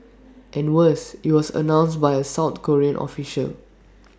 and worse IT was announced by A south Korean official